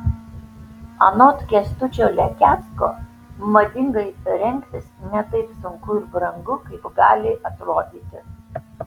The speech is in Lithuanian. anot kęstučio lekecko madingai rengtis ne taip sunku ir brangu kaip gali atrodyti